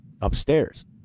upstairs